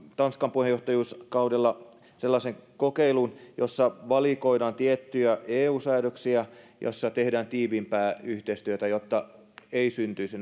tanskan puheenjohtajuuskaudellahan toteutetaan sellainen kokeilu jossa valikoidaan tiettyjä eu säädöksiä joissa tehdään tiiviimpää yhteistyötä jotta ei syntyisi